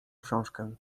książkę